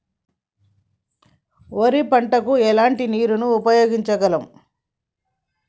వరి పంట కు ఎలాంటి నీరు ఉపయోగించగలం?